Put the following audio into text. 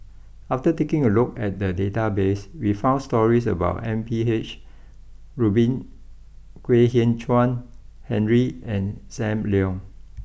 after taking a look at the databases we found stories about M P H Rubin Kwek Hian Chuan Henry and Sam Leong